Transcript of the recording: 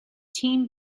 team